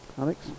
Alex